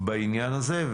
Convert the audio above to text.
בעניין הזה.